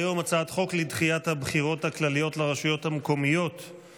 אני קובע כי הצעת חוק ההגנה על מענקים מיוחדים (חרבות ברזל),